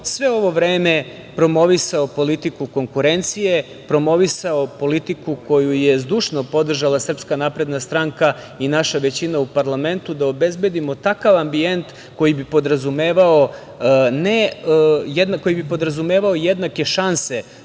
sve ovo vreme promovisao politiku konkurencije, promovisao politiku koju je zdušno podržala SNS i naša većina u parlamentu da obezbedimo takav ambijent koji bi podrazumevao jednake šanse